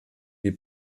die